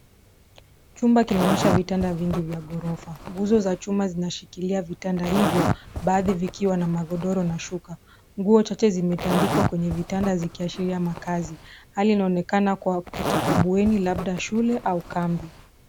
Chumba kunaonyesha vitanda vingi vya ghorofa. Nguzo za chuma zinashikilia vitanda hivyo baadhi vikiwa na magodoro na shuka. Nguo chache zimetandikwa kwenye vitanda zikiashirika makazi. Hali inaonekana kuwa katika bweni labda shule au kambi.